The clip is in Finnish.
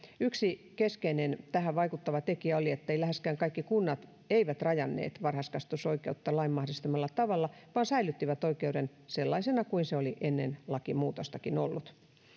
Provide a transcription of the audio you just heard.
yksi keskeinen tähän vaikuttava tekijä oli että läheskään kaikki kunnat eivät rajanneet varhaiskasvatusoikeutta lain mahdollistamalla tavalla vaan säilyttivät oikeuden sellaisena kuin se oli ennen lakimuutostakin ollut